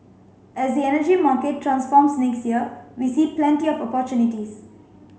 as the energy market transforms next year we see plenty of opportunities